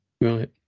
Right